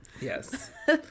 Yes